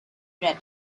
bread